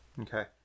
Okay